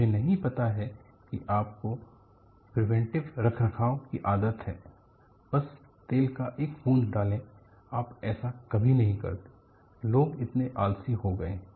मुझे नहीं पता कि आपको प्रिवेंटिव रखरखाव की आदत है बस तेल का एक बूंद डाले आप ऐसा कभी नहीं करते लोग इतने आलसी हो गए हैं